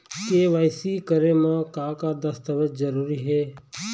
KYC करे म का का दस्तावेज जरूरी हे?